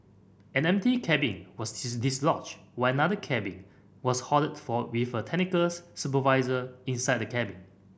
an empty cabin was dislodged while another cabin was halted with a technical supervisor inside the cabin